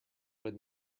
but